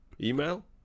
Email